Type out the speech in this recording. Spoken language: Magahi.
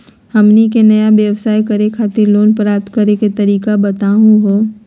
हमनी के नया व्यवसाय करै खातिर लोन प्राप्त करै के तरीका बताहु हो?